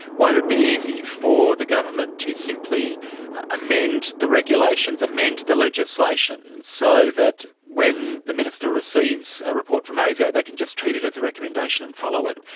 won't it be easy for the government to simply amend the regulations, amend the legislation so that when the minister receives a report from asio they can just treat it as a recommendation and follow it?